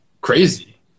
crazy